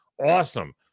awesome